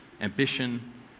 ambition